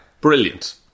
Brilliant